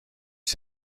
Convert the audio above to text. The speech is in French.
est